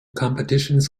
competitions